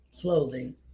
clothing